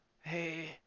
Hey